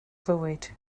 fywyd